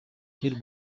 тэр